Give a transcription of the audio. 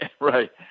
right